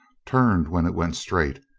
turned when it went straight,